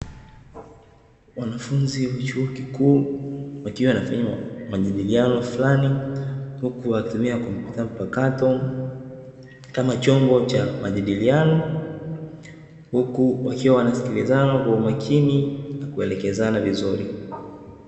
Wanafunzi wa chuo kikuu wakiwa wanafanya majadiliano flani, huku wakitumia kompyuta mpakato kama chombo cha majadiliano, huku wakiwa wanasikilizana kwa umakini na kuelekezana vizuri.